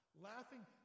laughing